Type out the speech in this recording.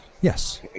Yes